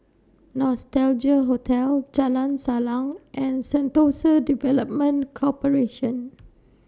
Nostalgia Hotel Jalan Salang and Sentosa Development Corporation